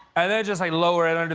and then just like lower it under